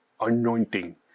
anointing